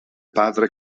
padre